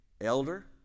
elder